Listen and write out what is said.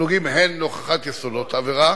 הנוגעים הן להוכחת יסודות העבירה